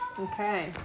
Okay